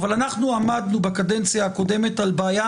אבל אנחנו עמדנו בקדנציה הקודמת על בעיה